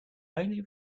highly